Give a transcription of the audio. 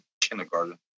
kindergarten